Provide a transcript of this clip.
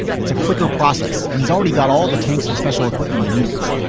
it's a quicker process. and he's already got all the tanks and special equipment he needs.